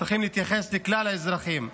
צריך להתייחס לכלל האזרחים,